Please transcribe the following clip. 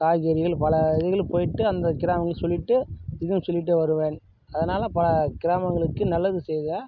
காய்கறிகள் பல போய்ட்டு அந்த கிராமங்கள் சொல்லிவிட்டு இதுவும் சொல்லிவிட்டு வருவேன் அதனால பல கிராமங்களுக்கு நல்லது செய்தேன்